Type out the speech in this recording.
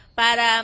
para